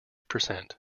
percent